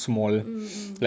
mm mm